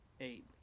eight